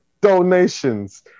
donations